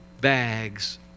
bags